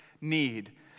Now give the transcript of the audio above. need